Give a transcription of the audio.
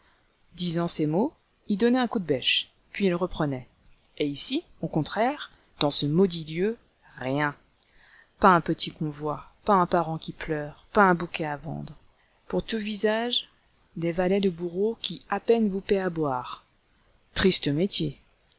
disant ces mots il donnait un coup de bêche puis il reprenait et ici au contraire dans ce maudit lieu rien pas un petit convoi pas un parent qui pleure pas un bouquet à vendre pour tout visage des valets de bourreau qui à peine vous paient à boire triste métier